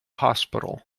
hospital